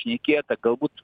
šnekėta galbūt